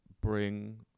bring